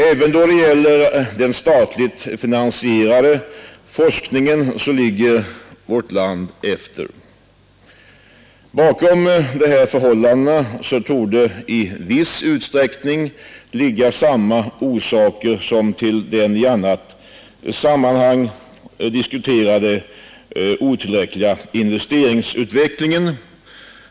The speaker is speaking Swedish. Även då det gäller den statligt finansierade forskningen ligger vårt land efter. Bakom dessa förhållanden torde i viss utsträckning ligga samma orsaker som till den i annat sammanhang diskuterade, otillräckliga investeringsutvecklingen.